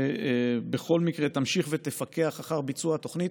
בכל מקרה תמשיך ותפקח אחר ביצוע התוכנית.